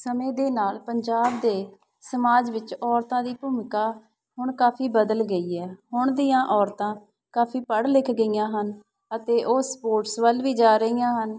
ਸਮੇਂ ਦੇ ਨਾਲ ਪੰਜਾਬ ਦੇ ਸਮਾਜ ਵਿੱਚ ਔਰਤਾਂ ਦੀ ਭੂਮਿਕਾ ਹੁਣ ਕਾਫੀ ਬਦਲ ਗਈ ਹੈ ਹੁਣ ਦੀਆਂ ਔਰਤਾਂ ਕਾਫੀ ਪੜ੍ਹ ਲਿਖ ਗਈਆਂ ਹਨ ਅਤੇ ਉਹ ਸਪੋਰਟਸ ਵੱਲ ਵੀ ਜਾ ਰਹੀਆਂ ਹਨ